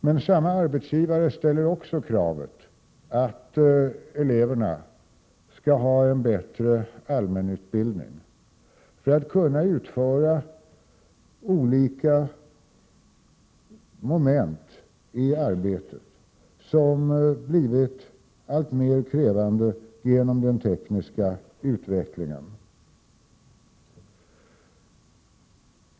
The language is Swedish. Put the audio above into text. Men samma arbetsgivare ställer också kravet att eleverna skall ha en bättre allmänutbildning för att kunna utföra olika moment i arbetet, som genom den tekniska utvecklingen har blivit alltmer krävande.